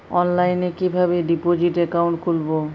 অনলাইনে কিভাবে deposit account খুলবো?